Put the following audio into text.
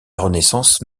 renaissance